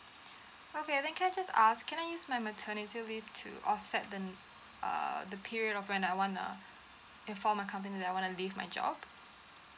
okay then can I just ask can I use my maternity leave to offset the err the period of when I want ah inform my company that I wanna leave my job